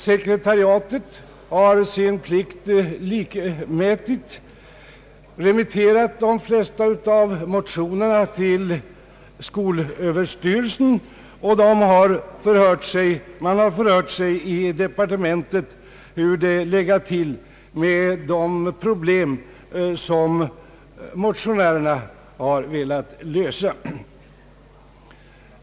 Sekretariatet har nämligen sin plikt likmätigt remitterat de flesta av motionerna till skolöverstyrelsen, och man har förhört sig i departementet hur det legat till med de problem som motionärerna har velat lösa.